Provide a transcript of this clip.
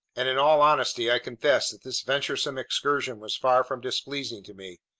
and in all honesty, i confess that this venturesome excursion was far from displeasing to me.